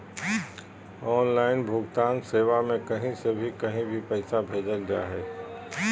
online भुगतान सेवा में कही से भी कही भी पैसा भेजल जा हइ